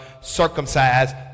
circumcised